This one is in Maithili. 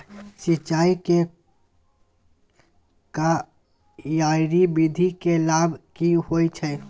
सिंचाई के क्यारी विधी के लाभ की होय छै?